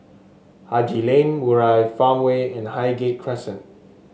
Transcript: Haji Lane Murai Farmway and Highgate Crescent